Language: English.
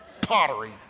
pottery